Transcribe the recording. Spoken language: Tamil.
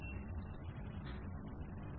ஏசி ஜோடி சுமை எதிர்ப்பை